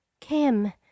kim